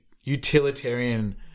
utilitarian